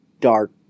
dark